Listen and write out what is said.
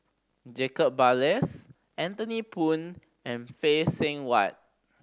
Jacob Ballas Anthony Poon and Phay Seng Whatt